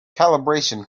calibration